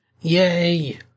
Yay